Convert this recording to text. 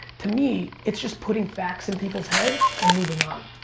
to me it's just putting facts in people's heads and moving on.